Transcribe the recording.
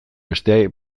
beste